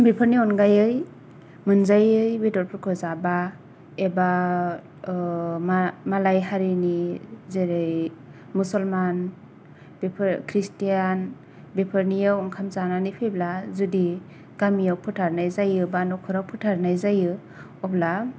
बेफोरनि अनगायै मोनजायै बेदर फोरखौ जाबा एबा मालाय हारिनि जेरै मुसलमान बेफोर खृस्तियान बेफोरनियाव ओंखाम जानानै फैब्ला जुदि गामिआव फोथारनाय जायो बा नख'राव फोथारनाय जायो अब्ला